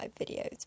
videos